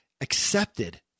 accepted